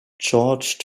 george